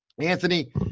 Anthony